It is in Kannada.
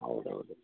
ಹೌದೌದು